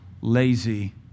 lazy